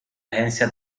agencia